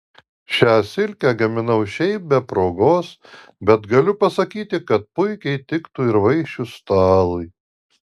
šią silkę gaminau šiaip be progos bet galiu pasakyti kad puikiai tiktų ir vaišių stalui